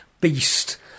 beast